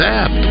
app